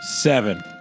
Seven